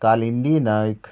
Kalindi Naik